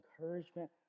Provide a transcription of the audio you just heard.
encouragement